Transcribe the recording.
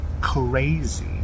crazy